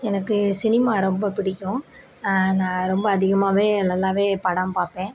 எனக்கு சினிமா ரொம்ப பிடிக்கும் நான் ரொம்ப அதிகமாகவே நல்லா படம் பார்ப்பேன்